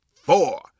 four